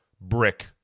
brick